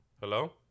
Hello